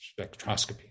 spectroscopy